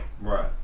right